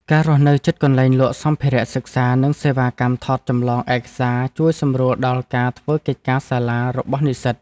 ការរស់នៅជិតកន្លែងលក់សម្ភារៈសិក្សានិងសេវាកម្មថតចម្លងឯកសារជួយសម្រួលដល់ការធ្វើកិច្ចការសាលារបស់និស្សិត។